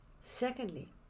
secondly